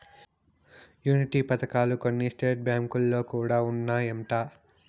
annuity పథకాలు కొన్ని state బ్యాంకులో కూడా ఉన్నాయంట